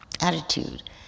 attitude